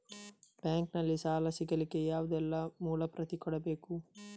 Bank ನಲ್ಲಿ ಸಾಲ ಸಿಗಲಿಕ್ಕೆ ಯಾವುದೆಲ್ಲ ಮೂಲ ಪ್ರತಿ ಕೊಡಬೇಕು?